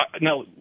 now